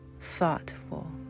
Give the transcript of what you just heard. thoughtful